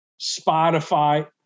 Spotify